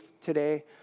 today